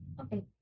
Okay